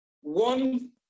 one